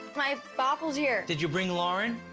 my papo's here! did you bring lauren?